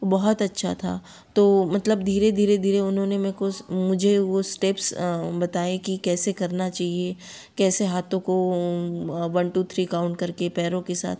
बहुत अच्छा था तो मतलब धीरे धीरे धीरे उन्होंने मेको मुझे वो स्टेप्स बताई कि कैसे करना चाहिए कैसे हाथों को वन टू थ्री काउंट करके पैरों के साथ